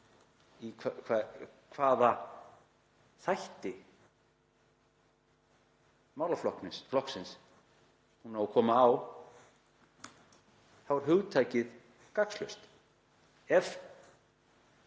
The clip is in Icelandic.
í hvaða þætti málaflokksins hún á að koma — þá er hugtakið gagnslaust.